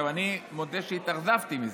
אני מודה שהתאכזבתי מזה.